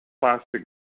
plastic